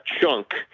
chunk